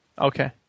Okay